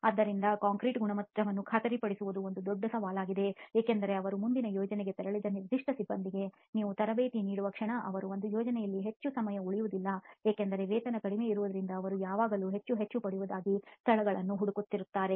ಆದ್ದರಿಂದ ಕಾಂಕ್ರೀಟ್ ಗುಣಮಟ್ಟವನ್ನು ಖಾತರಿಪಡಿಸುವುದು ಒಂದು ದೊಡ್ಡ ಸವಾಲಾಗಿದೆ ಏಕೆಂದರೆ ಅವರು ಮುಂದಿನ ಯೋಜನೆಗೆ ತೆರಳಿದ ನಿರ್ದಿಷ್ಟ ಸಿಬ್ಬಂದಿಗೆ ನೀವು ತರಬೇತಿ ನೀಡುವ ಕ್ಷಣ ಅವರು ಒಂದು ಯೋಜನೆಯಲ್ಲಿ ಹೆಚ್ಚು ಸಮಯ ಉಳಿಯುವುದಿಲ್ಲ ಏಕೆಂದರೆ ವೇತನ ಕಡಿಮೆ ಇರುವುದರಿಂದ ಅವರು ಯಾವಾಗಲೂ ಅವರು ಹೆಚ್ಚು ಹೆಚ್ಚು ಪಡೆಯಬಹುದಾದ ಸ್ಥಳಗಳನ್ನು ಹುಡುಕುತ್ತಾರೆ